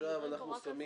עכשיו אנחנו מגיעים